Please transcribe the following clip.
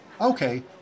Okay